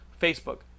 Facebook